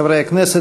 חברי הכנסת,